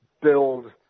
build